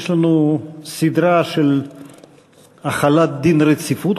יש לנו סדרה של החלת דין רציפות,